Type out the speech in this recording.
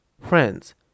Friends